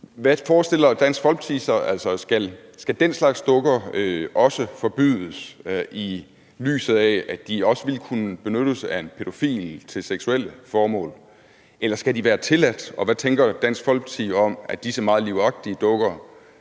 Hvad forestiller Dansk Folkeparti sig? Altså: Skal den slags dukker også forbydes, i lyset af at de også ville kunne benyttes af en pædofil til seksuelle formål, eller skal de være tilladt? Og hvad tænker Dansk Folkeparti om, at disse meget livagtige dukker